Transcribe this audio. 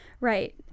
Right